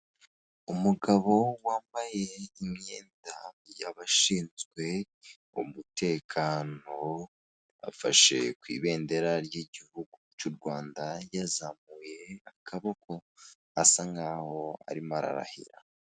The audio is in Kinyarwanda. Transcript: Umugabo wambaye imyenda yabashinzwe umutekano afashe ku ibendera ry'igihugu cy'u Rwanda yazamuye akaboko asa nk'aho arimo ararahira.